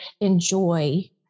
enjoy